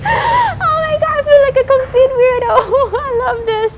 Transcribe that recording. oh my god I feel like a complete weirdo I love this